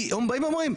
כי הם באים ואומרים,